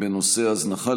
בנושא: הזנחה,